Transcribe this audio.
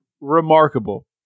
remarkable